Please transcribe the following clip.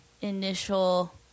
initial